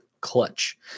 clutch